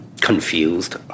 confused